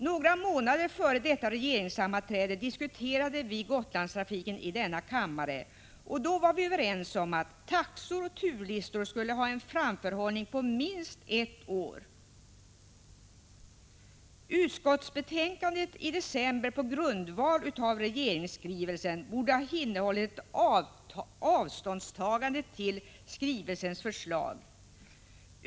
Några månader före regeringssammanträdet diskuterade vi Gotlandstrafiken i denna kammare, och då var vi överens om att taxor och turlistor skulle ha en framförhållning på minst ett år. Utskottsbetänkandet i december, på grundval av regeringsskrivelsen, borde ha innehållit ett avståndstagande till skrivelsens förslag.